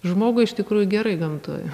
žmogui iš tikrųjų gerai gamtoj